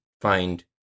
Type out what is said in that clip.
find